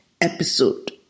episode